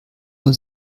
nur